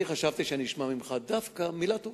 אני חשבתי שדווקא נשמע ממך מלה טובה,